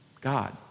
God